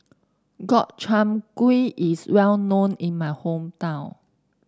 Gobchang Gui is well known in my hometown